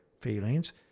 feelings